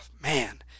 man